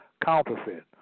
counterfeit